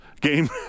Game